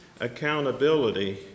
accountability